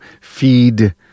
feed